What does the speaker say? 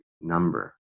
number